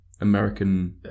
American